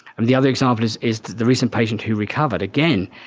and the other example is is the recent patient who recovered. again,